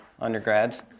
undergrads